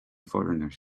foreigners